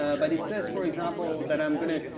ah but, it says, for example that i'm going to,